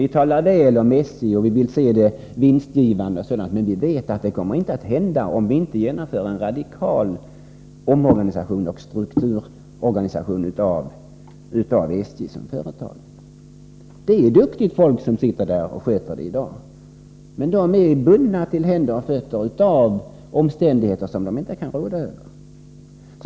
Vi talar väl om SJ, vi vill se SJ vinstgivande osv., men vi vet att det inte kommer att hända, om vi inte genomför en radikal omorganisation och strukturförändring av SJ som företag. Det är duktiga människor som sköter SJ i dag, men de är bundna till händer och fötter av omständigheter som de inte kan råda över.